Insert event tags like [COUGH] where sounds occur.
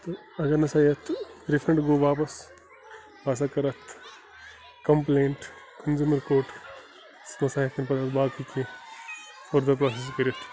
تہٕ اگر نَہ سا یَتھ رِفَنٛڈ گوٚو واپَس بہٕ ہَسا کَرٕ اَتھ کَمپٕلینٛٹ کنزیوٗمَر کوٹ سُہ نہ سا ہٮ۪کہٕ نہٕ [UNINTELLIGIBLE] باقٕے کیٚنٛہہ فٔردَر پرٛاسٮ۪س کٔرِتھ